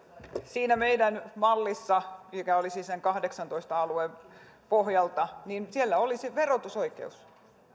siinä meidän mallissa mikä oli siis sen kahdeksaantoista alueen pohjalta olisi verotusoikeus